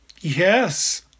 Yes